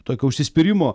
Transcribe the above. tokio užsispyrimo